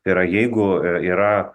tai yra jeigu yra